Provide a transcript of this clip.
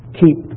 keep